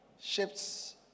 ships